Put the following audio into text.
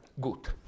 good